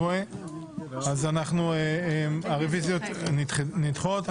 הרוויזיות נדחות.